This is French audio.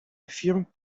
affirme